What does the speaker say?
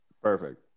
Perfect